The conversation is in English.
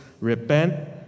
repent